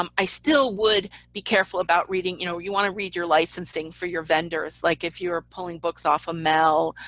um i still would be careful about reading, you know, you want to read your licensing for your vendors like if you're pulling books off a mel,